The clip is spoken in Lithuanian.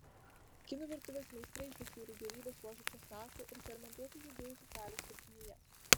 kinų virtuvės meistrai šias jūrų gėrybes ruošia česnakų ir fermentuotų juodųjų pupelių sultinyje